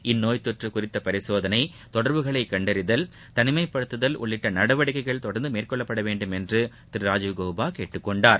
இந்நோய் தொற்று குறித்த பரிசோதனை தொடர்புகளைக் கண்டறிதல் தனிமைப்படுத்துதல் உள்ளிட்ட நடவடிக்கைகள் தொடர்ந்து மேற்கொள்ளப்பட வேண்டுமென்று திரு ராஜீவ் கௌபா கேட்டுக்கொண்டார்